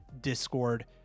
Discord